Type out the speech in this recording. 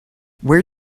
where